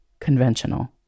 conventional